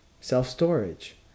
self-storage